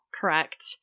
Correct